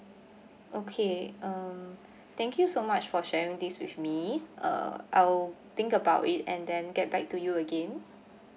okay um thank you so much for sharing this with me uh I will think about it and then get back to you again